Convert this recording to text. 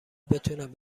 بتونم